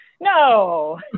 no